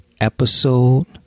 Episode